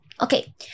Okay